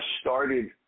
started